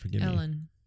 Ellen